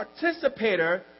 participator